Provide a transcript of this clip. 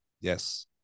Yes